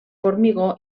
formigó